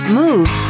move